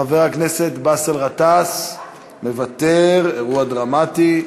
חבר הכנסת באסל גטאס, מוותר, אירוע דרמטי,